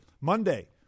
Monday